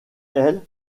elles